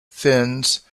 fins